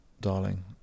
darling